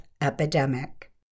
epidemic